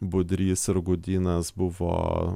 budrys ir gudynas buvo